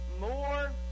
More